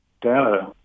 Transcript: data